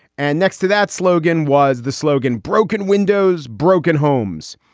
and next to that slogan was the slogan broken windows, broken homes.